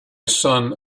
son